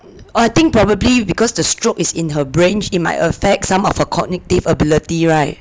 I think probably because the stroke is in her brain it might affect some of her cognitive ability [right]